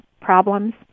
problems